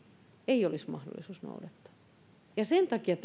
ei olisi mahdollisuus noudattaa ja sen takia